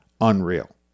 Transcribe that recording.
unreal